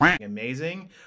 amazing